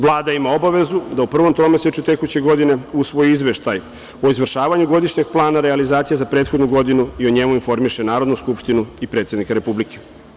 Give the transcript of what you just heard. Vlada ima obavezu da u prvom tromesečju tekuće godine usvoji izveštaj o izvršavanju godišnjeg plana realizacije za prethodnu godinu i o njemu informiše Narodnu skupštinu i predsednika Republike.